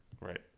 Right